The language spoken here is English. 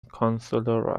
counsellor